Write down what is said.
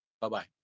Bye-bye